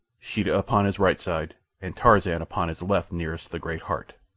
sheeta upon his right side and tarzan upon his left nearest the great heart.